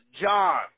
John